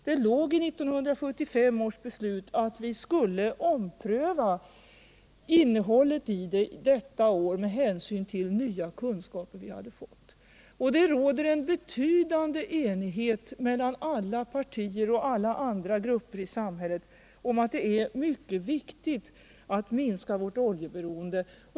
Det låg i det beslutet att vi detta år skulle ompröva innehållet i det med hänsyn till de nya kunskaper som vi hade fått. Det råder en betydande enighet mellan alla partier och alla andra grupper i samhället att det är mycket viktigt att minska vårt oljeberoende.